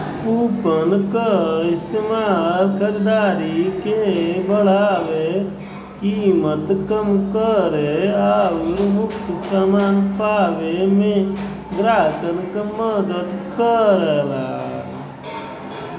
coupon क इस्तेमाल खरीदारी के बढ़ावे, कीमत कम करे आउर मुफ्त समान पावे में ग्राहकन क मदद करला